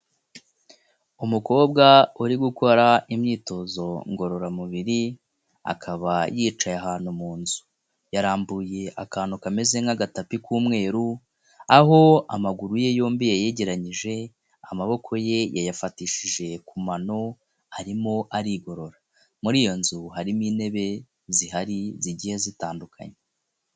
Umukobwa uri gukora imyitozo ngororamubiri, akaba yicaye ahantu mu nzu, yarambuye akantu kameze nk'agatapi k'umweru, aho amaguru ye yombi yegeranyije, amaboko ye yayafatishije ku mano, arimo arigorora, muri iyo nzu harimo intebe zihari zigiye zitandukanye.